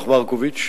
שחל,